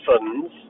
funds